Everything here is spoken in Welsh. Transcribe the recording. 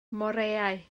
moreau